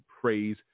praise